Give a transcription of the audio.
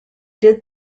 did